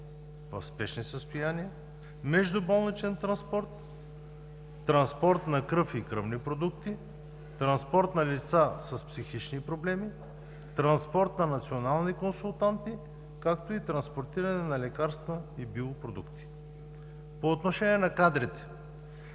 в спешни състояния, междуболничен транспорт, транспорт на кръв и кръвни продукти, транспорт на лица с психични проблеми, транспорт на национални консултанти, както и транспортиране на лекарства и биопродукти. По отношение на кадрите.